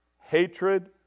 hatred